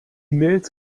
mails